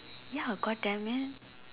ya God damn it